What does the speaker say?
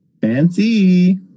Fancy